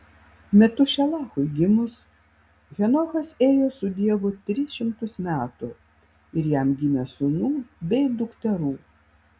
metušelachui gimus henochas ėjo su dievu tris šimtus metų ir jam gimė sūnų bei dukterų